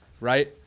right